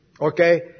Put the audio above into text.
Okay